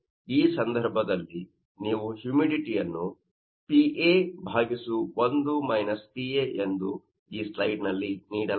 ಈ ಸಂದರ್ಭದಲ್ಲಿ ನೀವು ಹ್ಯೂಮಿಡಿಟಿಯನ್ನು PA ಎಂದು ಈ ಸ್ಲೈಡ್ ನಲ್ಲಿ ನೀಡಲಾಗಿದೆ